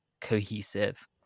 cohesive